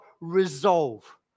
resolve